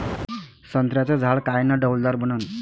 संत्र्याचं झाड कायनं डौलदार बनन?